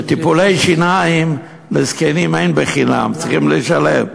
וטיפולי שיניים לזקנים אין חינם, צריכים לשלם.